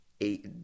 eight